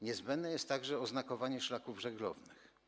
Niezbędne jest także oznakowanie szlaków żeglownych.